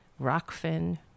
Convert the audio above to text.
Rockfin